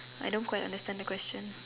I don't quite understand the question